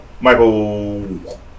Michael